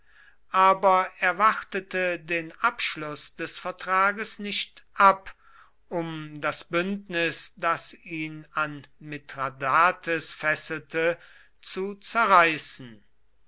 aber er wartete den abschluß des vertrages nicht ab um das bündnis das ihn an mithradates fesselte zu zerreißen